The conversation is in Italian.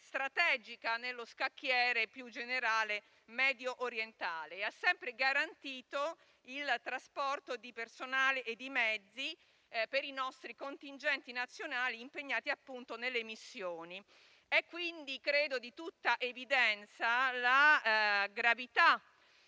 generale nello scacchiere mediorientale, e ha sempre garantito il trasporto di personale e di mezzi per i nostri contingenti nazionali impegnati appunto nelle missioni. È quindi, credo, di tutta evidenza la gravità